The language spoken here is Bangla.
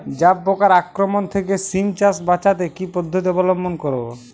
জাব পোকার আক্রমণ থেকে সিম চাষ বাচাতে কি পদ্ধতি অবলম্বন করব?